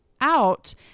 out